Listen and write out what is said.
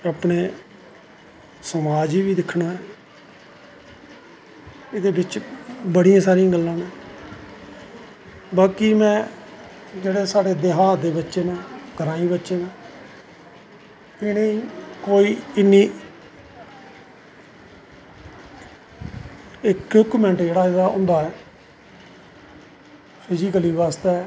अपनें समाज़ गी बी दिक्खनां एह्दे बिच्च बड़ियां सारियां गल्लां नै ते बाकी में जेह्ड़े साढ़े देहात दे बच्चे न ग्राईं बच्चे न उनोेंगी कोई इन्नी इक इक मैंट जेह्ड़ा होंदा ऐ फिजिकली बास्तै